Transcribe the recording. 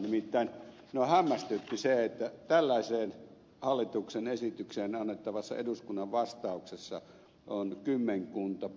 nimittäin minua hämmästytti se että tällaiseen hallituksen esitykseen annettavassa eduskunnan vastauksessa on kymmenkunta korjauspykälää